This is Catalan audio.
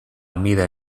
mida